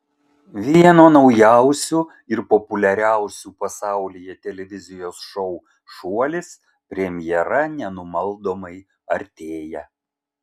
vieno naujausių ir populiariausių pasaulyje televizijos šou šuolis premjera nenumaldomai artėja